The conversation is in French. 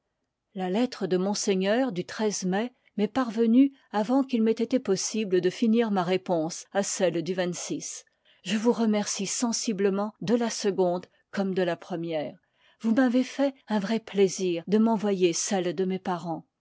la lettre de monseigneur du i mai m'est parvenue avant qu'il m'ait été possible de finir ma réponse à celle du je vous remercie sensiblement de la seconde comme de la première vous m'avez fait un vrai plaisir de m'envoyer celles de mes parens